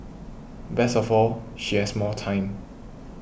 best of all she has more time